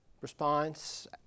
response